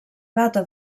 data